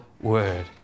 word